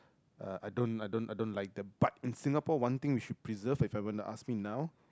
uh I don't I don't I don't like that but in Singapore one thing we should preserve if I want to ask me now